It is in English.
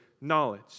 knowledge